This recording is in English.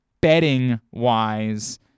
betting-wise